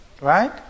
right